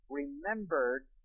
remembered